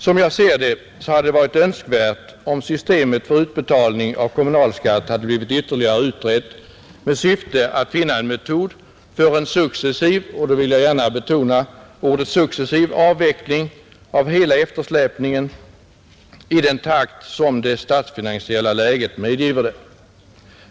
Som jag ser det hade det varit önskvärt om systemet för utbetalning av kommunalskatt hade blivit ytterligare utrett med syfte att finna en metod för en successiv — jag betonar successiv — avveckling av hela eftersläpningen i den takt som det statsfinansiella läget medgiver.